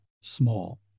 small